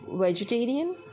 Vegetarian